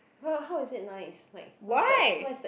how how is it nice like what's that what's that